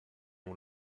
nom